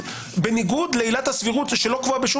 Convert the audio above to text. בניגוד לעילת הסבירות שלא קבועה בשום